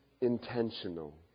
intentional